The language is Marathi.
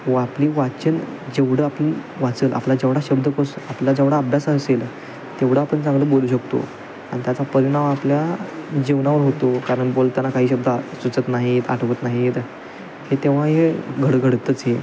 व आपले वाचन जेवढं आपण वाचेल आपला जेवढा शब्दकोश आपला जेवढा अभ्यास असेल तेवढं आपण चांगले बोलू शकतो आणि त्याचा परिणाम आपल्या जीवनावर होतो कारण बोलताना काही शब्द सुचत नाहीत आठवत नाहीत तेव्हा हे घड घडतंच हे